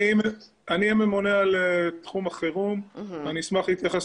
ממונה על תחום החירום ואני אשמח להתייחס